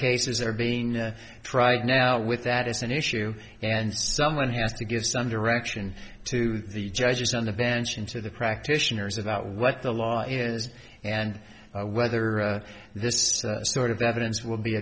cases are being tried now with that is an issue and someone has to give some direction to the judges on the bench into the practitioners about what the law is and whether this sort of evidence will be